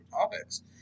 topics